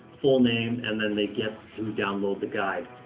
full name, and then they get to download the guide.